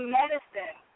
medicine